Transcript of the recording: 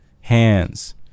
hands